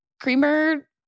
Creamer